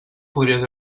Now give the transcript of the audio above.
podries